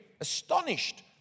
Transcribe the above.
astonished